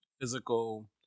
physical